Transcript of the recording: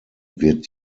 wird